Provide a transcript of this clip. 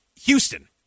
Houston